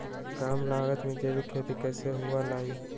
कम लागत में जैविक खेती कैसे हुआ लाई?